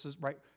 right